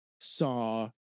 saw